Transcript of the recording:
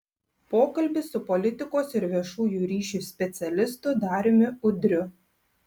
pokalbis su politikos ir viešųjų ryšių specialistu dariumi udriu